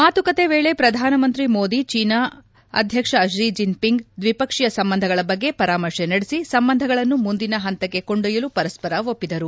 ಮಾತುಕತೆ ವೇಳೆ ಪ್ರಧಾನ ಮಂತ್ರಿ ಮೋದಿ ಹಾಗೂ ಚೀನಾ ಅಧ್ಯಕ್ಷ ಷಿ ಜಿನ್ಪಿಂಗ್ ದ್ವಿಪಕ್ಷೀಯ ಸಂಬಂಧಗಳ ಬಗ್ಗೆ ಪರಾಮರ್ತೆ ನಡೆಸ ಸಂಬಂಧಗಳನ್ನು ಮುಂದಿನ ಹಂತಕ್ಕೆ ಕೊಂಡೊಯ್ಲಲು ಪರಸ್ಪರ ಒಪ್ಪಿದರು